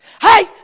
Hey